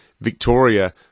Victoria